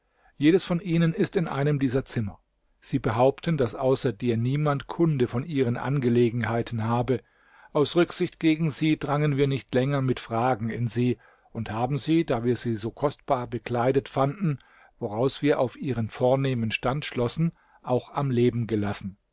jedes von ihnen ist in einem dieser zimmer sie behaupten daß außer dir niemand kunde von ihren angelegenheiten habe aus rücksicht gegen sie drangen wir nicht länger mit fragen in sie und haben sie da wir sie so kostbar bekleidet fanden woraus wir auf ihren vornehmen stand schlossen auch am leben gelassen